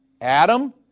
Adam